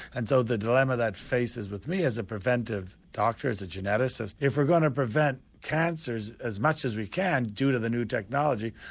and so the dilemma that faces with me as a preventive doctor, as a geneticist, if we're going to prevent cancers as much as we can, due to the new technology,